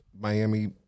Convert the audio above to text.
Miami